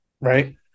right